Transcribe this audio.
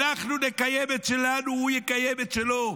אנחנו נקיים את שלנו, הוא יקיים את שלו.